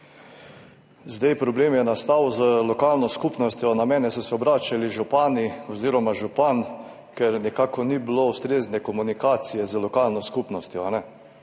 9. Problem je nastal z lokalno skupnostjo, na mene se je obrnil župan, ker nekako ni bilo ustrezne komunikacije z lokalno skupnostjo.